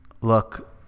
look